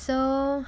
so